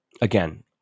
Again